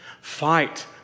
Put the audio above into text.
Fight